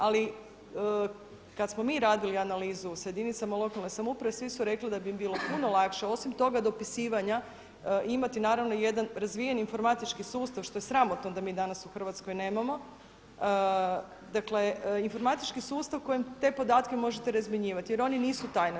Ali kada smo mi radili analizu s jedinicama lokalne samouprave svi su rekli da bi bilo puno lakše, osim toga dopisivanja imati jedan razvijen informatički sustav što je sramotno da mi danas u Hrvatskoj nemamo, dakle informatički sustav u kojem te podatke možete razmjenjivati jer oni nisu tajna.